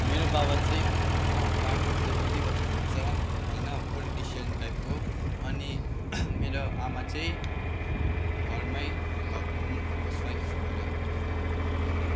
मेरो बाबा चाहिँ पार्टीतिर कुदिबस्नु हुन्छ होइन पोलिटिसियन टाइपको अनि मेरो आमा चाहिँ घरमै होम हाउस वाइफ भएर काम गर्नुहुन्छ